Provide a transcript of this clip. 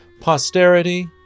Posterity